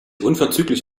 unverzüglich